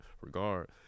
regard